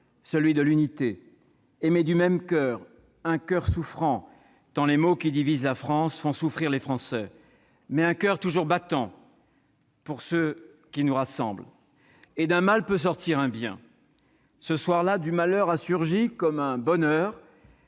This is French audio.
celui de l'unité, aimer du même coeur, un coeur souffrant tant les maux qui divisent la France font souffrir les Français, mais un coeur toujours battant pour ce qui nous rassemble. Et d'un mal peut sortir un bien. Ce soir-là, du malheur a surgi, comme un bonheur,